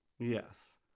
Yes